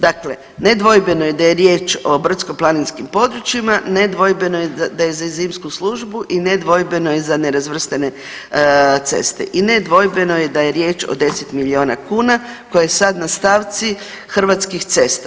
Dakle, nedvojbeno je da je riječ o brdskoplaninskim područjima, nedvojbeno je da je za zimsku službu i nedvojbeno je za nerazvrstane ceste i nedvojbeno je da je riječ o 10 miliona kuna koje sad na stavci Hrvatskih cesta.